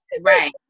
Right